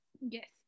Yes